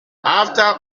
after